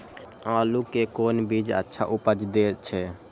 आलू के कोन बीज अच्छा उपज दे छे?